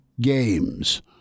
games